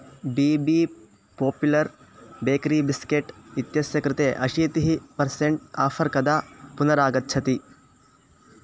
B B popular bakery biscuit इत्यस्य कृते अशीतिः पर्सेण्ट् आफ़र् कदा पुनरागच्छति